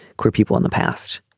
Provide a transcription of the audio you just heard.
queer people in the past.